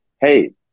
hey